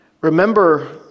Remember